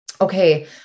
okay